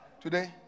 Today